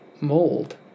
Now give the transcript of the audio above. mold